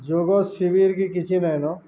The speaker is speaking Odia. ଯୋଗ ଶିବିର କି କିଛି ନାଇଁନ